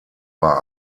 war